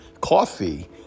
Coffee